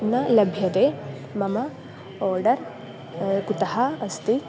न लभ्यते मम ओडर् कुतः अस्ति